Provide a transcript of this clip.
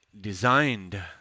designed